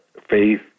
faith